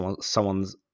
someone's